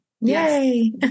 yay